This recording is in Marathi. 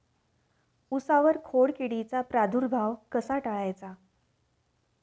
उसावर खोडकिडीचा प्रादुर्भाव कसा टाळायचा?